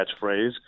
catchphrase